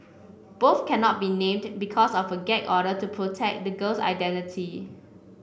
both cannot be named because of gag order to protect the girl's identity